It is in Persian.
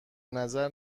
نظر